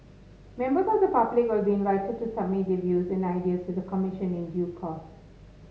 members of the public will be invited to submit their views and ideas to the Commission in due course